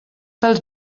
dels